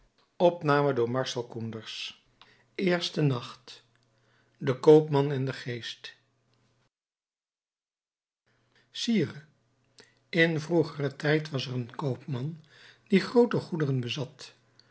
volgt eerste nacht de koopman en de geest sire in vroegeren tijd was er een koopman die groote goederen bezat